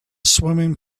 swimming